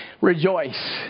Rejoice